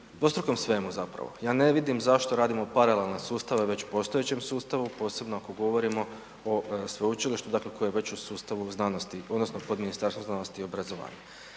dvostrukom svemu zapravo, ja ne vidim zašto radimo paralelne sustave već postojećem sustavu posebno ako govorimo o sveučilištu dakle koje je već u sustavu znanosti odnosno pod Ministarstvom znanosti i obrazovanja.